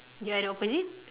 you are the opposite